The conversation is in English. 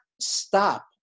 stop